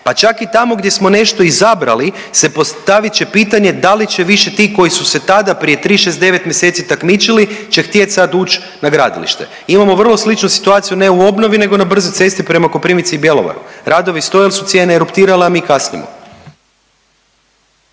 pa čak i tamo gdje smo nešto izabrali se postavit će pitanje da li će više ti koji su se tada prije 3, 6, 9 mjeseci takmičili će htjeti sad ući na gradilište. Imamo vrlo sličnu situaciju, ne u obnovu nego na brzoj cesti prema Koprivnici i Bjelovaru. Radovi stoje jer su cijene eruptirale, a mi kasnimo.